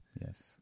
Yes